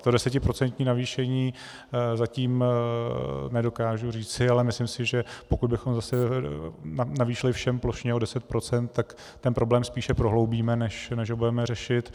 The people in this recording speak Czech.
To desetiprocentní navýšení zatím nedokážu říci, ale myslím si, že pokud bychom zase navýšili všem plošně o 10 %, tak ten problém spíše prohloubíme, než ho budeme řešit.